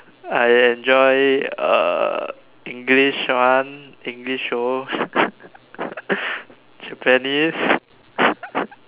I enjoy uh English one English shows Japanese